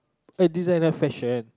a designer fashion